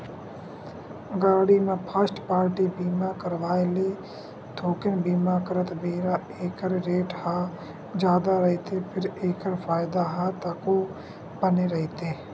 गाड़ी म first party बीमा करवाय ले थोकिन बीमा करत बेरा ऐखर रेट ह जादा रहिथे फेर एखर फायदा ह तको बने रहिथे